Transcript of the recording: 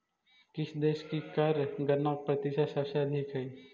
किस देश की कर गणना प्रतिशत सबसे अधिक हई